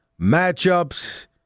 matchups